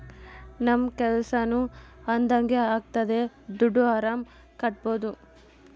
ನಮ್ ಕೆಲ್ಸನೂ ಅದಂಗೆ ಆಗ್ತದೆ ದುಡ್ಡು ಆರಾಮ್ ಕಟ್ಬೋದೂ